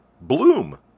Bloom